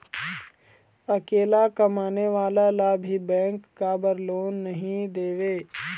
अकेला कमाने वाला ला भी बैंक काबर लोन नहीं देवे?